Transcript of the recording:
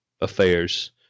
affairs